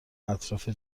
اطراف